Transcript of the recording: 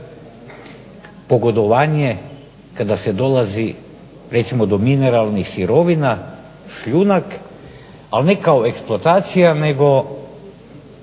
pogodovanje kada se dolazi recimo do mineralnih sirovina, šljunak, ali ne kao eksploatacija nego